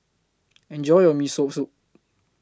Enjoy your Miso Soup